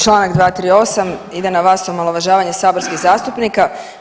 Čl. 238 ide na vas omalovažavanje saborskih zastupnika.